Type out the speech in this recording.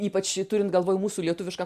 ypač turint galvoj mūsų lietuvišką